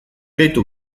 gaitu